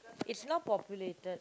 it's not populated